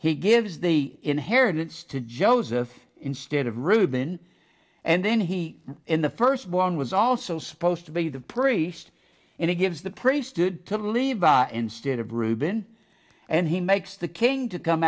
he gives the inheritance to joseph instead of reuben and then he in the first born was also supposed to be the priest and he gives the priesthood to levi instead of reuben and he makes the king to come